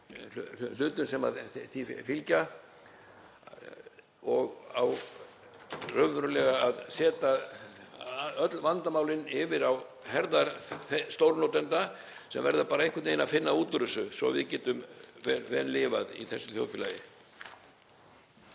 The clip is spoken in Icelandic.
hlutum sem því fylgja og setja raunverulega öll vandamálin yfir á herðar stórnotenda sem verða bara einhvern veginn að finna út úr þessu svo við getum vel lifað í þessu þjóðfélagi.